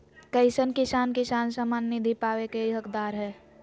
कईसन किसान किसान सम्मान निधि पावे के हकदार हय?